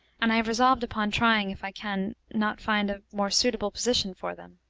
and i have resolved upon trying if i can not find a more suitable position for them.